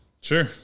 Sure